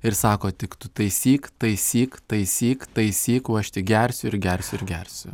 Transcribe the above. ir sako tik tu taisyk taisyk taisyk taisyk o aš tik gersiu ir gersiu ir gersiu